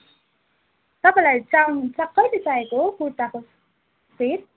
तपाईँलाई चाहिनु चा कैले चाइएको कुर्ताको सेट